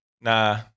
nah